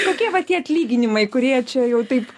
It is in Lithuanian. kokie va tie atlyginimai kurie čia jau taip